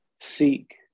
seek